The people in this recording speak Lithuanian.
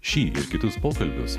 šį ir kitus pokalbius